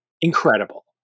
incredible